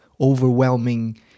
overwhelming